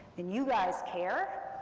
and you guys care,